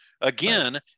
Again